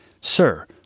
Sir